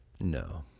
No